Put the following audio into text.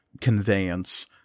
conveyance